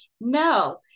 No